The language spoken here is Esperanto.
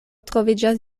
troviĝas